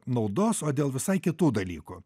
naudos o dėl visai kitų dalykų